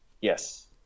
Yes